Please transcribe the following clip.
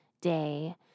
day